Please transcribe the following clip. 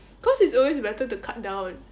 cause it's always better to cut down